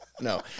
No